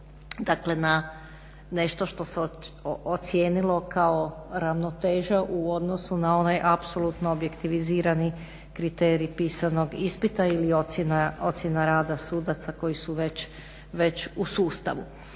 dakle na nešto što se ocijenilo kao ravnoteža u odnosu na onaj apsolutno objektivizirani kriterij pisanog ispita ili ocjena rada sudaca koji su već u sustavu.